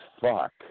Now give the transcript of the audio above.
fuck